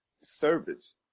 service